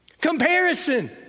Comparison